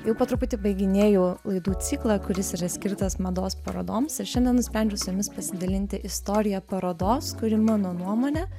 jau po truputį baiginėju laidų ciklą kuris yra skirtas mados parodoms ir šiandien nusprendžiau su jumis pasidalinti istorija parodos kuri mano nuomone